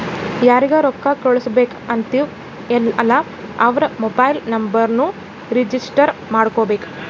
ಯಾರಿಗ ರೊಕ್ಕಾ ಕಳ್ಸುಬೇಕ್ ಅಂತಿವ್ ಅಲ್ಲಾ ಅವ್ರ ಮೊಬೈಲ್ ನುಂಬರ್ನು ರಿಜಿಸ್ಟರ್ ಮಾಡ್ಕೋಬೇಕ್